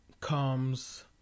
comes